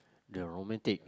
girl romantic